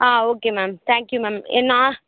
ஆ okay ma'am thank you ma'am ஏன்னா